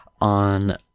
on